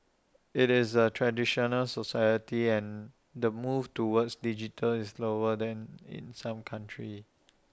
it's A traditional society and the move towards digital is slower than in some countries